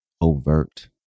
overt